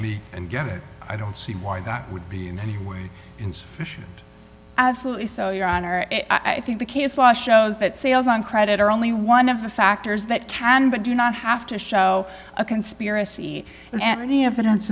meet and get it i don't see why that would be in any way insufficient absolutely so your honor i think the case law shows that sales on credit are only one of the factors that can but do not have to show a conspiracy and any evidence